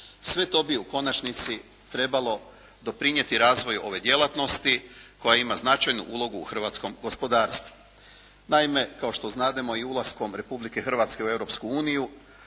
Sve to bi u konačnici trebalo doprinijeti razvoju ove djelatnosti koja ima značajnu ulogu u hrvatskom gospodarstvu. Naime, kao što znademo i ulaskom Republike Hrvatske u